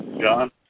John